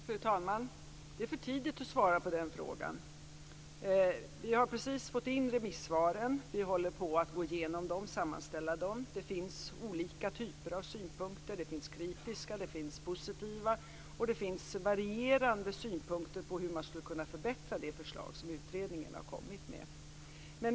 Fru talman! Det är för tidigt att svara på den frågan. Vi har precis fått in remissvaren, och vi håller på att gå igenom och sammanställa dem. Det finns olika typer av synpunkter. Det finns kritiska, positiva och varierande synpunkter på hur man skulle kunna förbättra det förslag som utredningen har kommit med.